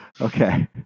okay